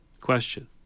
Question